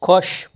خۄش